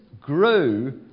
grew